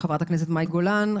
מאי גולן,